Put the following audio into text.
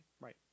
Right